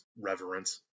reverence